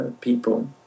people